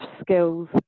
skills